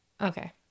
Okay